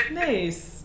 nice